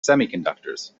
semiconductors